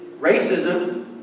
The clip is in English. racism